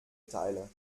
teile